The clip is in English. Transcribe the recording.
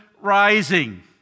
rising